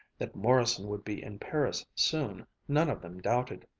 that morrison would be in paris soon, none of them doubted.